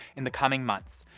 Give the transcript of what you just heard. in the coming months!